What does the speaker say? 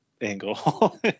angle